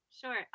Sure